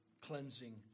cleansing